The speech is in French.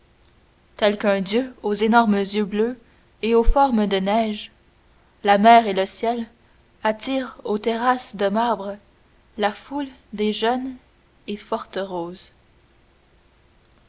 tels qu'un dieu aux énormes yeux bleus et aux formes de neige la mer et le ciel attirent aux terrasses de marbre la foule des jeunes et fortes roses